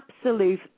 absolute